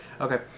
okay